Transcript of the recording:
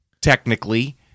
technically